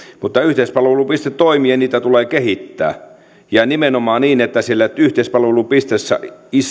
mutta yhteispalvelupiste toimii ja niitä tulee kehittää ja nimenomaan niin että siellä yhteispalvelupisteessä